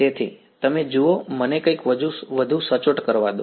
તેથી તમે જુઓ મને કંઈક વધુ સચોટ કરવા દો